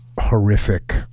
horrific